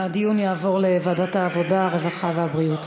הדיון יעבור לוועדת העבודה, הרווחה והבריאות.